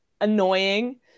annoying